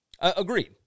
Agreed